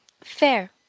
fair